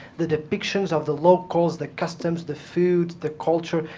the depictions of the locals, the customs, the food, the culture,